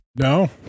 no